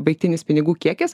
baigtinis pinigų kiekis